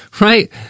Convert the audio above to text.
right